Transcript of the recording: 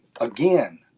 again